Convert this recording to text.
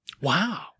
Wow